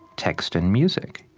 text and music.